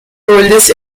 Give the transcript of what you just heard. oldest